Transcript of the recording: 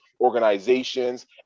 organizations